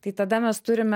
tai tada mes turime